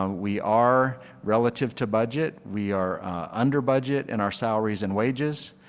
um we are relative to budget, we are under budget and our salaries and wages.